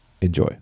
Enjoy